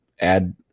add